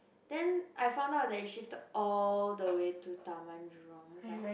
then I found out that it shifted all the way to Taman-Jurong and is like